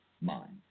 mind